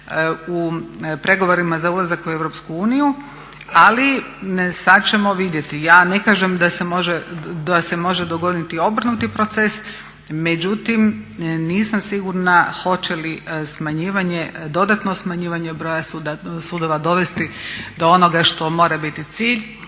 u pregovorima za ulazak u Europsku uniju, ali sad ćemo vidjeti. Ja ne kažem da se može dogoditi obrnuti proces, međutim nisam sigurna hoće li smanjivanje, dodatno smanjivanje broja sudova dovesti do onoga što mora biti cilj: